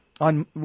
on